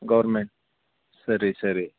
government ಸರಿ ಸರಿ